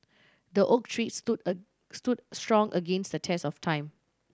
the oak tree stood stood strong against the test of time